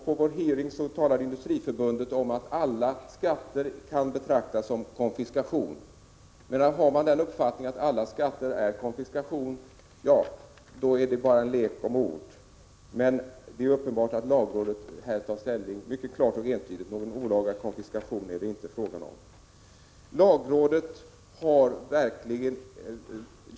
På vår hearing uttryckte Industriförbundets företrädare uppfattningen att alla skatter kan betraktas som konfiskation. Men har man den uppfattningen är det bara fråga om en lek med ord. Det är uppenbart att lagrådet mycket klart och entydigt intar ståndpunkten att det inte är fråga om någon olaga konfiskation.